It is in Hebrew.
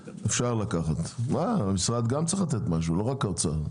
גם המשרד צריך לתת משהו ולא רק האוצר.